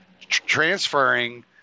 transferring